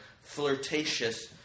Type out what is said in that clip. flirtatious